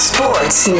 Sports